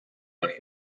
money